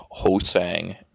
Hosang